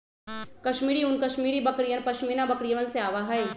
कश्मीरी ऊन कश्मीरी बकरियन, पश्मीना बकरिवन से आवा हई